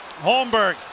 Holmberg